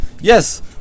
yes